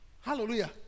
Hallelujah